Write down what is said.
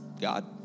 God